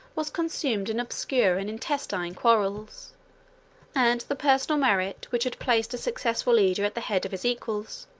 was consumed in obscure and intestine quarrels and the personal merit which had placed a successful leader at the head of his equals,